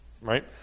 right